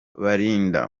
balinda